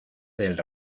del